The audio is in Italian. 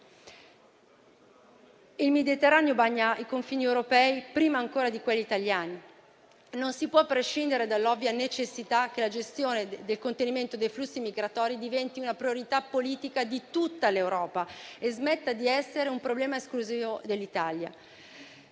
Il Mediterraneo bagna i confini europei, prima ancora di quelli italiani; non si può prescindere dall'ovvia necessità che la gestione del contenimento dei flussi migratori diventi una priorità politica di tutta l'Europa e smetta di essere un problema esclusivo dell'Italia.